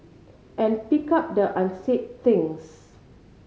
and pick up the unsaid things